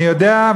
אני יודע,